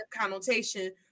connotation